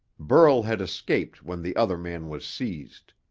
burl had escaped when the other man was seized.